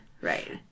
right